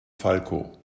falco